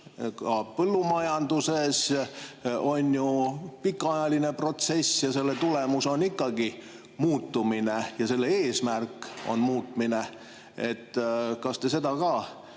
ka põllumajanduses on ju pikaajaline protsess ja selle tulemus on ikkagi muutumine ja selle eesmärk on muutmine. Kas te seda ka